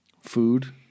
food